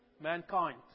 mankind